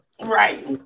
Right